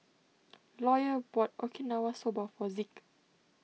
Lawyer bought Okinawa Soba for Zeke